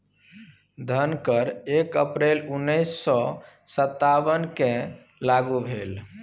धन कर एक अप्रैल उन्नैस सौ सत्तावनकेँ लागू भेल